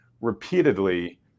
repeatedly